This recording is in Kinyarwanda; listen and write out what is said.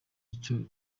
icyo